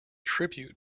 tribute